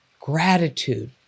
gratitude